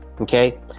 Okay